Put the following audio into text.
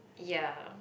ya